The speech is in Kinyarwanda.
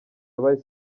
bahise